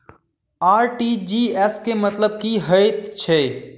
RTGS केँ मतलब की हएत छै?